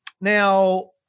Now